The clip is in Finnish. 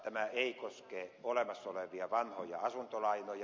tämä ei koske olemassa olevia vanhoja asuntolainoja